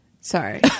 sorry